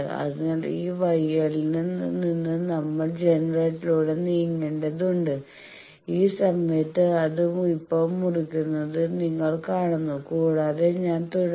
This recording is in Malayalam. അതിനാൽ ഈ YL ൽ നിന്ന് നമ്മൾ ജനറേറ്ററിലൂടെ നീങ്ങേണ്ടതുണ്ട് ഈ സമയത്ത് അത് ഇപ്പോൾ മുറിക്കുന്നത് നിങ്ങൾ കാണുന്നു കൂടാതെ ഞാൻ തുടരും